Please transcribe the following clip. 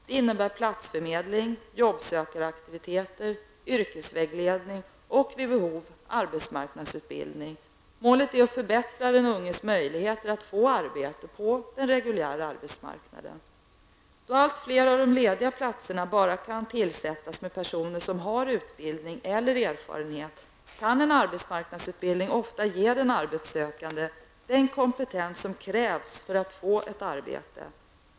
Det innebär platsförmedling, jobbsökaraktiviteter, yrkesvägledning och vid behov arbetsmarknadsutbildning. Målet är att förbättra den unges möjligheter att få arbete på den reguljära arbetsmarknaden. Då allt fler av de lediga platserna bara kan tillsättas med personer som har utbildning eller erfarenhet kan en arbetsmarknadsutbildning ofta ge den arbetssökande den kompetens som krävs för att få ett arbete.